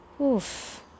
oof